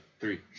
three